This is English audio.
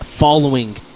Following